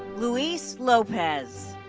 luis lopez.